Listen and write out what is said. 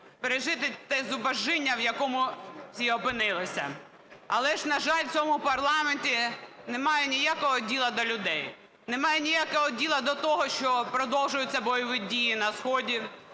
пережити те зубожіння, в якому всі опинилися. Але ж, на жаль, в цьому парламенті немає ніякого діла до людей, немає ніякого діла до того, що продовжуються бойові дії на сході,